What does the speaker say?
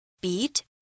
beat